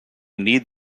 need